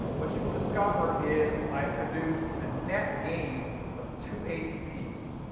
what you will discover is i produce a net gain of two atps.